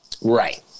Right